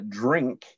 drink